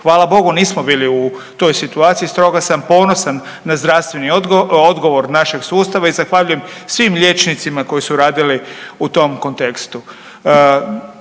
Hvala Bogu nismo bili u toj situaciji, stoga sam ponosan na zdravstveni odgovor našeg sustava i zahvaljujem svim liječnicima koji su radili u tom kontekstu.